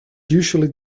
usually